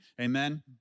Amen